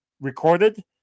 recorded